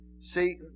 See